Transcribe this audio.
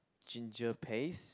ginger paste